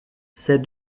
ces